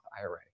IRA